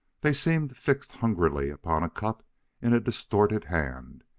they seemed fixed hungrily upon a cup in a distorted hand,